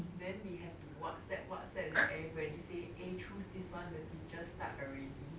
then we have to Whatsapp Whatsapp then everybody say eh choose this one the teachers start already